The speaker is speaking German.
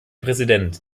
präsident